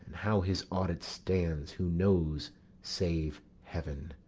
how his audit stands, who knows save heaven?